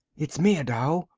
it's me, adao,